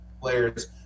players